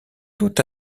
doute